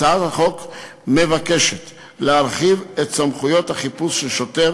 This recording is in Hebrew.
הצעת החוק באה להרחיב את סמכויות החיפוש של שוטר